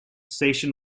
station